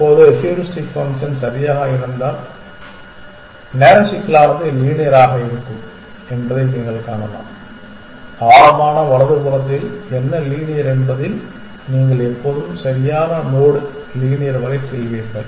இப்போது heuristic function சரியாக இருந்தால் நேர சிக்கலானது லீனியர் ஆக இருக்கும் என்பதை நீங்கள் காணலாம் ஆழமான வலதுபுறத்தில் என்ன லீனியர் என்பதில் நீங்கள் எப்போதும் சரியான நோடு லீனியர் வரை செல்வீர்கள்